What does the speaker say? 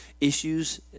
issues